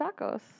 tacos